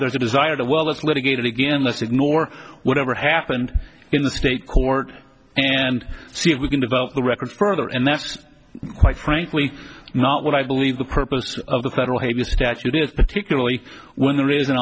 there's a desire to well as litigated again let's ignore whatever happened in the state court and see if we can develop the record further and that's quite frankly not what i believe the purpose of the federal habeas statute is particularly when there is an